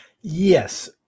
Yes